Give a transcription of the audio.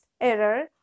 error